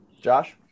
Josh